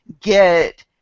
get